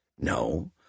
No